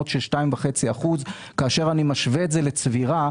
של 2.5%. כאשר אני משווה את זה לצבירה,